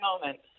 moment